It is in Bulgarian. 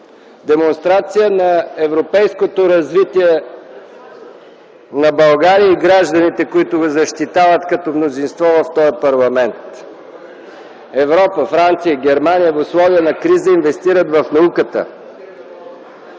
демонстрация на европейското развитие на България и гражданите, които ви защитават като мнозинство в този парламент. Европа – Франция, Германия, в условия на криза инвестират в науката.